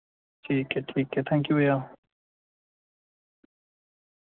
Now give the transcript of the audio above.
ठीक ऐ ठीक ऐ थैंक यू भैया